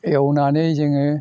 एवनानै जोङो